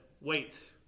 Wait